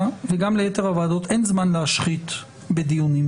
וגם ליתר הוועדות אין זמן להשחית בדיונים.